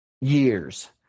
years